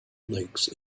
lakes